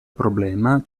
problema